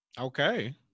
Okay